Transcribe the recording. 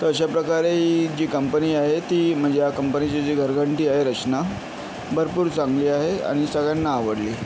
तर अशा प्रकारे ही जी कंपनी आहे ती म्हणजे या कंपनीची जी घरघंटी आहे रशना भरपूर चांगली आहे आणि सगळ्यांना आवडली